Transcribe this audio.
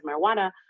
marijuana